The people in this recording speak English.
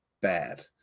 bad